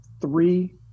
three